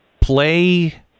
play